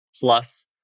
plus